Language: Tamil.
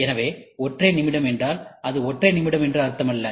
எனவே ஒற்றை நிமிடம் என்றால் அது ஒற்றை நிமிடம் என்று அர்த்தமல்ல